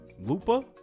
lupa